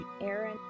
Aaron